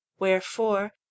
wherefore